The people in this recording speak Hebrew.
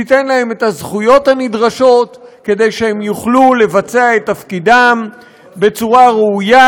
תיתן להם את הזכויות הנדרשות כדי שהם יוכלו לבצע את תפקידם בצורה ראויה,